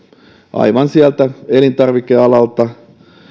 aivan sieltä elintarvikealalta